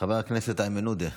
חבר הכנסת איימן עודה,